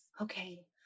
Okay